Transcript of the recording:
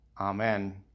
Amen